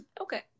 okay